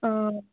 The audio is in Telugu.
ఆ